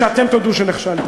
מתי שאתם תודו שנכשלתם.